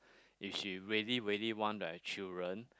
if she really really want to have children